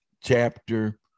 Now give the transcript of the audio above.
chapter